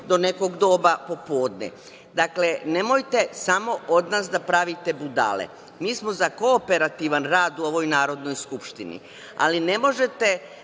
do nekog doba popodne. Dakle, nemojte samo od nas da pravite budale. Mi smo za kooperativan rad u ovoj Narodnoj skupštini, ali ne možete